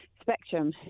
spectrum